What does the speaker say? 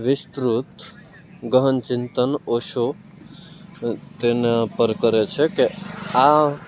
વિસ્તૃત ગહન ચિંતન ઓશો તેના પર કરે છે કે આ